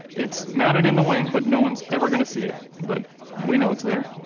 it's mounted in the wing but no one's ever gonna see it, but we know it's there.